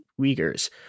Uyghurs